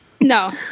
No